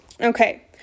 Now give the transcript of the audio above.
Okay